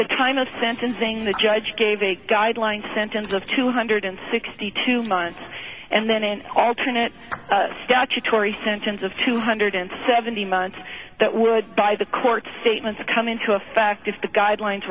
the time of sentencing the judge gave a guideline sentence of two hundred sixty two months and then an alternate statutory sentence of two hundred seventy months that would by the court statements come into effect if the guidelines